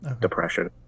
depression